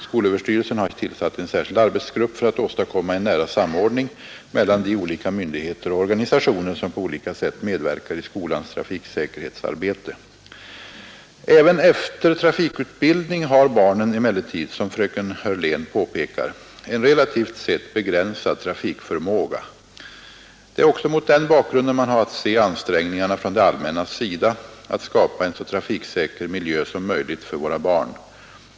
Skolöverstyrelsen har tillsatt en särskild arbetsgrupp för att åstadkomma en nära samordning mellan de olika myndigheter och organisationer som på olika sätt medverkar i skolans trafiksäkerhetsarbete. Även efter trafikutbildning har barnen emellertid, som fröken Hörlén påpekar, en relativt sett begränsad trafikförmåga. Det är också mot den bakgrunden man har att se ansträngningarna från det allmännas sida att skapa en så trafiksäker miljö som möjligt för våra barn.